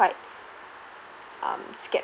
quite um scared